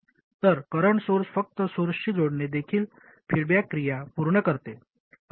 तर current source फक्त सोर्सशी जोडणे देखील फीडबॅक क्रिया पूर्ण करते